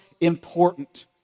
important